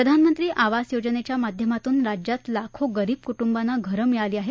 प्रधानमंत्री आवास योजनेच्या माध्यमातून राज्यात लाखो गरीब कु विांना घरे मिळाली आहेत